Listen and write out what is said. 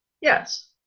Yes